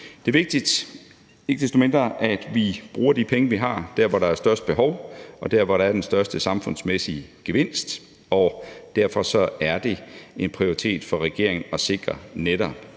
Det er ikke desto mindre vigtigt, at vi bruger de penge, vi har, der, hvor der er størst behov, og der, hvor der er den største samfundsmæssige gevinst, og derfor er det en prioritet for regeringen at sikre netop